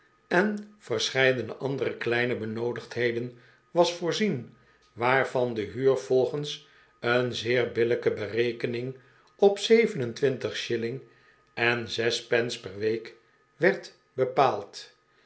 en verscheidene andere kleine benoodigdheden was voorzien waarvan de huur volgens een zeer billijke berekening op zeven en twintig shilling en zes pence per week werd bepaald